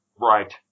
Right